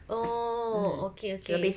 oh okay okay